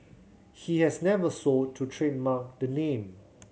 he has never sought to trademark the name